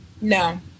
No